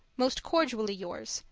most cordially yours,